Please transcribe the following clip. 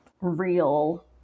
real